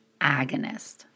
agonist